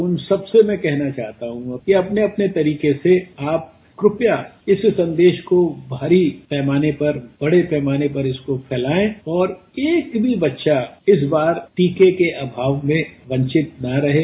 उन सबसे मैं कहना चाहता हूं कि अपने अपने तरीके से आप क्रूपया इस संदेश को भारी पैमाने पर बड़े पैमाने पर इसको फैलाए और एक भी बच्चार इस बार टीके के अभाव में वंचित न रहें